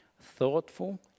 thoughtful